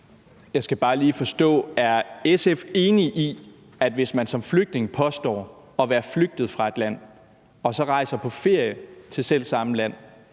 Jeg skal bare lige forstå noget. Er SF enig i, at hvis man som flygtning påstår at være flygtet fra land og så rejser på ferie til selv samme land,